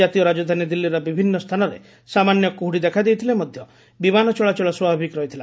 ଜାତୀୟ ରାଜଧାନୀ ଦିଲ୍ଲୀର ବିଭିନ୍ନ ସ୍ଥାନରେ ସାମାନ୍ୟ କୁହ୍ତ୍ରି ଦେଖାଦେଇଥିଲେ ମଧ୍ୟ ବିମାନ ଚଳାଚଳ ସ୍ୱାଭାବିକ ରହିଥିଲା